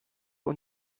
und